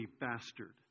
bastard